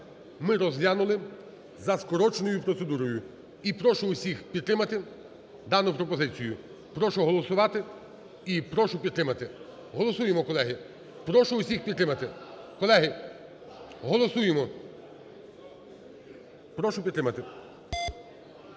ми розглянули за скороченою процедурою і прошу всіх підтримати дану пропозицію. Прошу голосувати і прошу підтримати. Голосуємо, колеги, прошу всіх підтримати. Колеги, голосуємо, прошу підтримати.